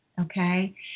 okay